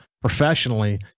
professionally